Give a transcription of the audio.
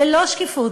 ללא שקיפות,